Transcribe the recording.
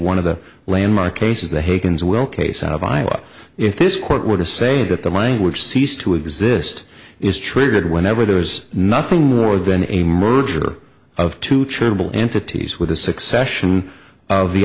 one of the landmark cases the hagans will case out of iowa if this court were to say that the language ceased to exist is triggered whenever there's nothing more than a merger of two trubel entities with a succession of the